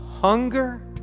hunger